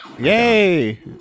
Yay